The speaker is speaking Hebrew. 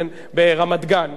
ברמת-גן.